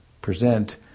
present